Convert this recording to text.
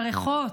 הריחות,